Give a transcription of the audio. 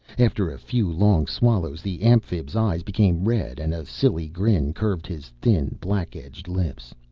after a few long swallows the amphib's eyes became red and a silly grin curved his thin, black-edged lips.